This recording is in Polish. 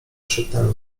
krzyknąłem